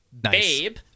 Babe